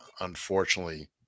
unfortunately